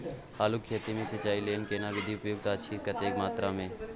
आलू के खेती मे सिंचाई लेल केना विधी उपयुक्त अछि आ कतेक मात्रा मे?